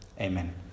Amen